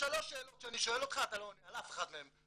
בשלוש שאלות שאני שואל אותך אתה לא עונה על אף אחד מהן.